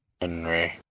Henry